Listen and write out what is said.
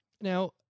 Now